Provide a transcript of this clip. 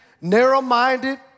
narrow-minded